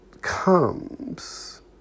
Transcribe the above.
comes